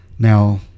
Now